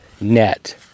net